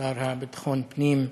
השר לביטחון פנים,